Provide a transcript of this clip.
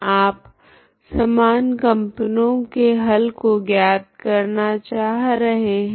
आप समान कंपनों के हल को ज्ञात करना चाह रहे है